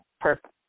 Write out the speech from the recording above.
Perfect